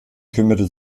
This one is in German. kümmerte